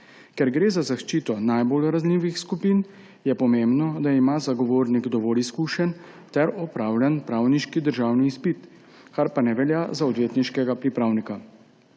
Ker gre za zaščito najbolj ranljivih skupin, je pomembno, da ima zagovornik dovolj izkušenj ter opravljen pravniški državni izpit, kar pa ne velja za odvetniškega pripravnika.